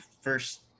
first